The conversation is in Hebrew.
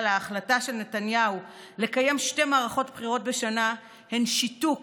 ההחלטה של נתניהו לקיים שתי מערכות בחירות בשנה היא שיתוק